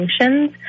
functions